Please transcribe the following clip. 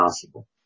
possible